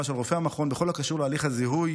של רופאי המכון בכל הקשור להליך הזיהוי